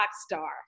star